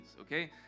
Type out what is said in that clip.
okay